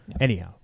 anyhow